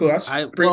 cool